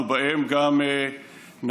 והראשון שבהם הוא חבר הכנסת מרדכי יוגב.